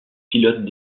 pilote